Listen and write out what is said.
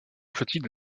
flottille